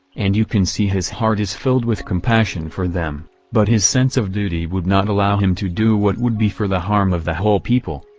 and you can see his heart is filled with compassion for them but his sense of duty would not allow him to do what would be for the harm of the whole people.